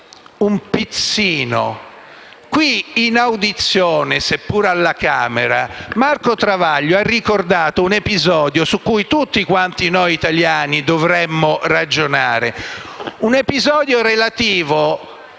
un "pizzino"? In un'audizione alla Camera, Marco Travaglio ha ricordato un episodio su cui tutti noi italiani dovremmo ragionare, un episodio relativo